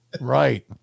right